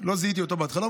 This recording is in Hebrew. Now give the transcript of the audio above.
לא זיהיתי אותו בהתחלה.